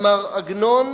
אמר עגנון,